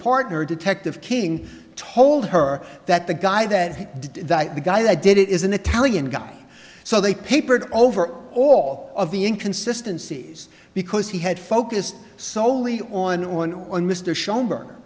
partner detective king told her that the guy that did that the guy that did it is an italian guy so they papered over all of the inconsistency is because he had focused soley on one one mr scho